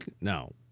No